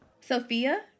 Sophia